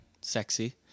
Sexy